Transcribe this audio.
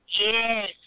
Yes